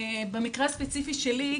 במקרה הספציפי שלי,